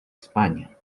españa